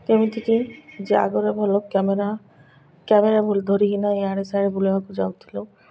କେମିତିକି ଯେ ଆଗର ଭଲ କ୍ୟାମେରା କ୍ୟାମେରା ବୋଲି ଧରିକିନା ଆଡ଼େସିଆଡ଼େ ବୁଲିବାକୁ ଯାଉଥିଲୁ